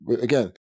Again